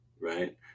right